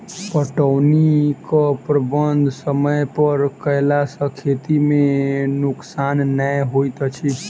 पटौनीक प्रबंध समय पर कयला सॅ खेती मे नोकसान नै होइत अछि